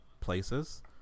places